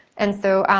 and so,